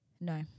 No